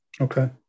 Okay